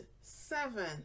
seven